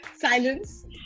silence